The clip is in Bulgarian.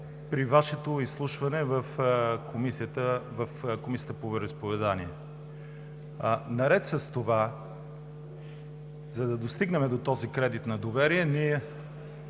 при Вашето изслушване в Комисията по вероизповеданията. Наред с това, за да достигнем до този кредит на доверие,